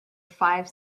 five